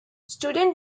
student